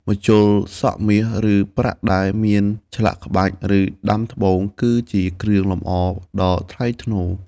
ម្ជុលសក់មាស ឬប្រាក់ដែលមានឆ្លាក់ក្បាច់ ឬដាំត្បូង គឺជាគ្រឿងលម្អដ៏ថ្លៃថ្នូរ។